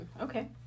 Okay